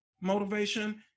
motivation